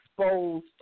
exposed